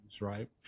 right